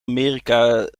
amerika